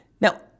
Now